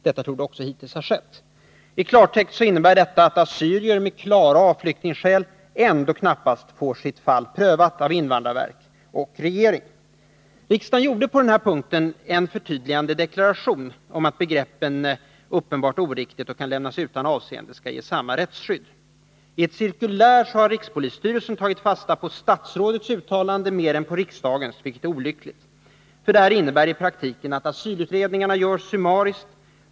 Detta torde också hittills ha skett.” I klartext innebär detta att en assyrier med klara A-flyktingskäl ändå knappast får sitt fall prövat av invandrarverket och regeringen. Riksdagen gjorde på den här punkten en förtydligande deklaration om att begreppen ”uppenbart oriktigt” och ”kan lämnas utan avseende” skall ge samma rättsskydd. I ett cirkulär har rikspolisstyrelsen tagit fasta på statsrådets uttalande mer än på riksdagens, vilket är olyckligt. Det innebär i praktiken att asylutredningarna görs summariskt.